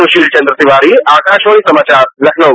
सुशील चन्द्र तिवारी आकाशवाणी समाचार लखनऊ